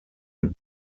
mit